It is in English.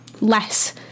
less